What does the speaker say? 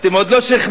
אתם עוד לא שכנעתם,